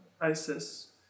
ISIS